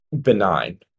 benign